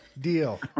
Deal